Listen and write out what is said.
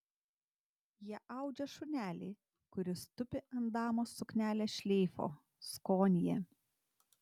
jie audžia šunelį kuris tupi ant damos suknelės šleifo skonyje